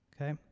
okay